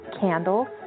candles